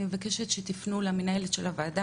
אני מבקשת שתפנו למנהלת של הוועדה,